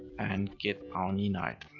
and get our ninite.